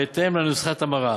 בהתאם לנוסחת המרה.